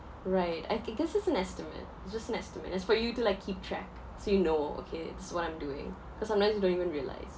right I it does as an estimate it's just an estimate that's for you to like keep track so you know okay this is what I'm doing cause sometimes you don't even realise